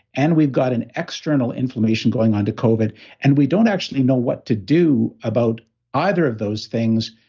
and we've got an external inflammation going on to covid and we don't actually know what to do about either of those things,